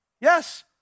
Yes